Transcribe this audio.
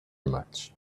much